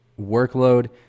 workload